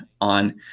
on